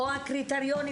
או הקריטריונים,